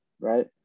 right